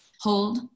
hold